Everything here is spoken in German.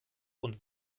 und